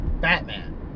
Batman